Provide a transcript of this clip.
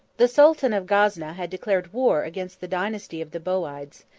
the sultan of gazna had declared war against the dynasty of the bowides,